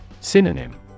Synonym